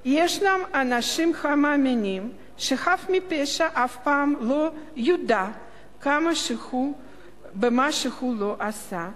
ישנם אנשים המאמינים שחף מפשע אף פעם לא יודה במה שהוא לא עשה,